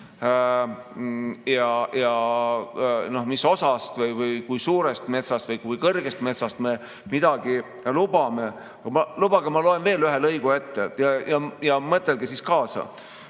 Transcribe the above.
ja mis osast või kui suurest metsast või kui kõrgest metsast me midagi lubame. Lubage, ma loen veel ühe lõigu ette, ja mõtelge kaasa.